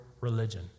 religion